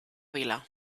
vila